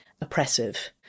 oppressive